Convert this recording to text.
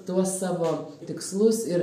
tuos savo tikslus ir